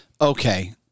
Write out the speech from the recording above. Okay